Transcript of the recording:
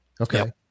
Okay